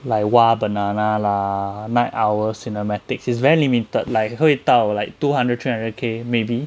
like Wah Banana lah Night Owl Cinematics is very limited like 会到 like two hundred three hundred K maybe